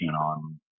on